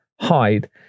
hide